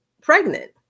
pregnant